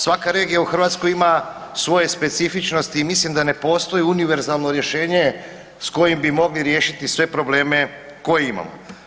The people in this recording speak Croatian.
Svaka regija u Hrvatskoj ima svoje specifičnosti i mislim da ne postoji univerzalno rješenje s kojim bi mogli riješiti sve probleme koje imamo.